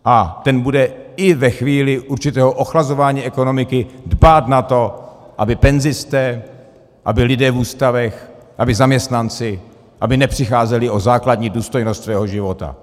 A ten bude i ve chvíli určitého ochlazování ekonomiky dbát na to, aby penzisté, aby lidé v ústavech, aby zaměstnanci nepřicházeli o základní důstojnost svého života.